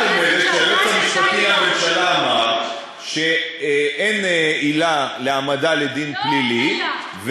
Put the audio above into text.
את אומרת שהיועץ המשפטי לממשלה אמר שאין עילה להעמדה לדין פלילי,